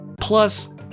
Plus